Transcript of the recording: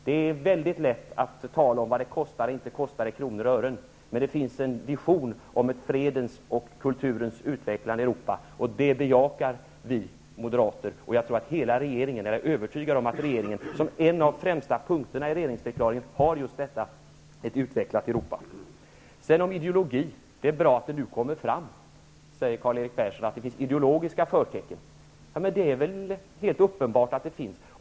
Det är väldigt lätt att tala om vad det kostar och inte kostar i kronor och ören, men det finns en vision om fredens och kulturens utvecklande i Europa. Den visionen bejakar vi moderater, och regeringen har som en av de viktigaste punkterna i regeringsförklaringen just att utveckla Europa. Det är bra att det nu kommer fram, säger Karl-Erik Persson, att det finns ideologiska förtecken. Ja, det är det väl uppenbart att det finns.